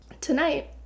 Tonight